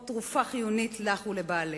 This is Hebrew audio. או תרופה חיונית לך או לבעלך.